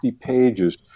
pages